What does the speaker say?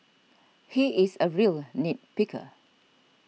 he is a real nit picker